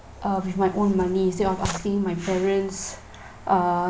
uh with my own money instead of asking my parents uh